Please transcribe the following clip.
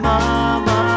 Mama